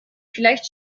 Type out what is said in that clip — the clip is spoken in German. vielleicht